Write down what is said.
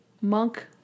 Monk